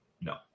No